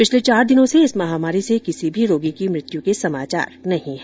पिछले चार दिनों से इस महामारी से किसी भी रोगी की मृत्यु नहीं हुई